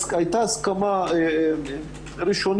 הסברתי קודם את האפשרויות זה אינטרס ראשון